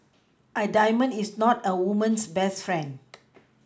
a diamond is not a woman's best friend